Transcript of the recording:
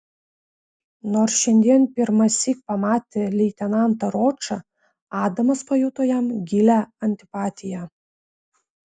nors šiandien pirmąsyk pamatė leitenantą ročą adamas pajuto jam gilią antipatiją